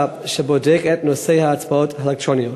שבודק את נושא ההצבעות האלקטרוניות?